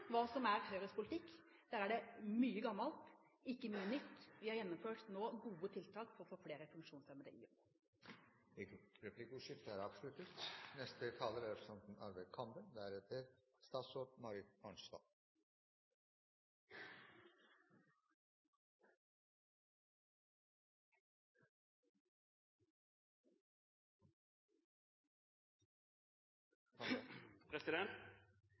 hva som er Høyres politikk. Der er det mye gammelt, ikke mye nytt. Vi har nå gjennomført gode tiltak for å få flere funksjonshemmede i jobb. Replikkordskiftet er